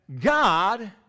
God